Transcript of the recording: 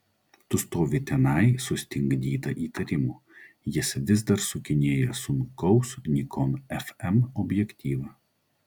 tu stovi tenai sustingdyta įtarimų jis vis dar sukinėja sunkaus nikon fm objektyvą